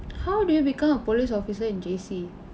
how did you become a police officer in J_C